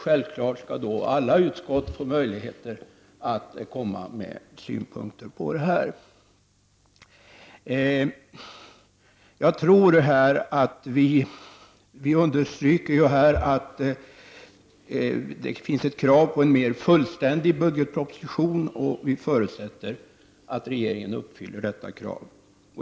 Självfallet skall då alla utskott få möjlighet att komma med synpunkter. Vi understryker att det finns krav på en mer fullständig budgetproposition, och vi förutsätter att regeringen uppfyller detta krav.